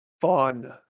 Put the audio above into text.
fun